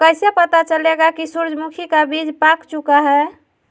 कैसे पता चलेगा की सूरजमुखी का बिज पाक चूका है?